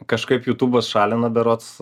kažkaip jutūbas šalina berods